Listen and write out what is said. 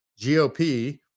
GOP